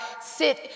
sit